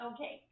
Okay